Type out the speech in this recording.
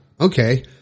okay